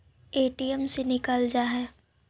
ATM से निकल जा है?